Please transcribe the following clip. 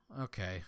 Okay